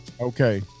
Okay